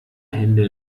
hände